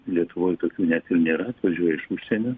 lietuvoj tokių net ir nėra atvažiuoja iš užsienio